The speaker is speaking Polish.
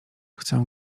chcę